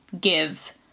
give